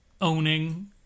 owning